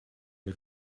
der